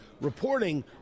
reporting